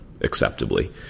acceptably